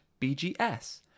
BGS